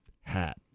hat